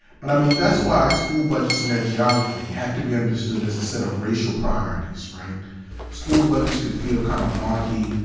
but i mean that's why school budgets and their geography have to be understood as a set of racial priorities. school budgets can feel kind of wonky,